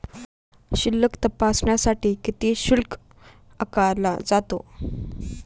शिल्लक तपासण्यासाठी किती शुल्क आकारला जातो?